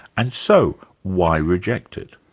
and so why reject it?